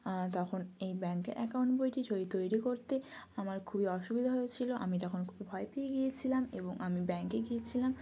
তখন এই bank account বইটি চৈ তৈরি করতে আমার খুবই অসুবিধা হয়েছিলো আমি তখন খুব ভয় পেয়ে গিয়েছিলাম এবং আমি ব্যাঙ্কে গিয়েছিলাম